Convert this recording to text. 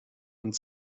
und